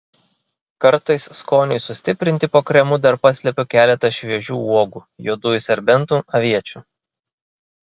kartais skoniui sustiprinti po kremu dar paslepiu keletą šviežių uogų juodųjų serbentų aviečių